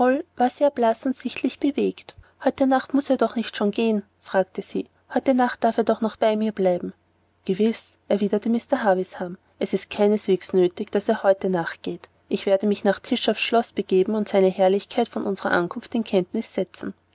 sehr blaß und sichtlich bewegt heute nacht muß er doch nicht schon gehen fragte sie heute nacht darf er doch noch bei mir bleiben gewiß erwiderte mr havisham es ist keineswegs nötig daß er heute nacht geht ich werde mich nach tische aufs schloß begeben und seine herrlichkeit von unsrer ankunft in kenntnis setzen